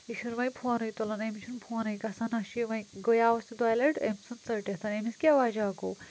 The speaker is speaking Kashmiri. یہِ چھُنہٕ وۄنۍ فونٕے تُلن أمِس چھُنہٕ فونٕے گژھان نہ چھُ یہِ وۄنۍ گٔیاوُس دۄیہِ لَٹہِ أمۍ ژھُن ژٔٹِتھ أمِس کیاہ وجہ گوٚو